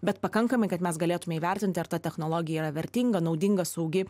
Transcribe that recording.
bet pakankamai kad mes galėtume įvertinti ar ta technologija yra vertinga naudinga saugi